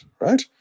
right